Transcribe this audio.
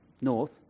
north